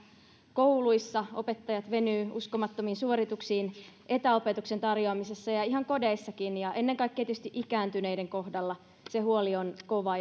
kouluissa opettajat venyvät uskomattomiin suorituksiin etäopetuksen tarjoamisessa ja ihan kodeissakin ja ennen kaikkea tietysti ikääntyneiden kohdalla se huoli on kova